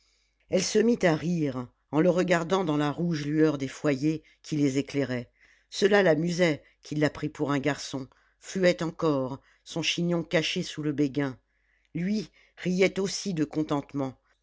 elle se mit à rire en le regardant dans la rouge lueur des foyers qui les éclairaient cela l'amusait qu'il la prît pour un garçon fluette encore son chignon caché sous le béguin lui riait aussi de contentement